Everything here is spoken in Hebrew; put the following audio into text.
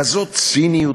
כזאת ציניות,